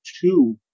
two